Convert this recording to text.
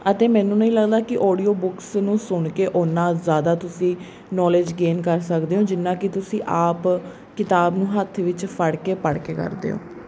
ਅਤੇ ਮੈਨੂੰ ਨਹੀਂ ਲੱਗਦਾ ਕਿ ਆਡੀਓ ਬੁੱਕਸ ਨੂੰ ਸੁਣ ਕੇ ਉਨਾ ਜ਼ਿਆਦਾ ਤੁਸੀਂ ਨੋਲੇਜ ਗੇਨ ਕਰ ਸਕਦੇ ਹੋ ਜਿੰਨਾ ਕਿ ਤੁਸੀਂ ਆਪ ਕਿਤਾਬ ਨੂੰ ਹੱਥ ਵਿੱਚ ਫੜ ਕੇ ਪੜ੍ਹ ਕੇ ਕਰਦੇ ਹੋ